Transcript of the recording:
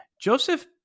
Joseph